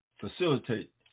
facilitate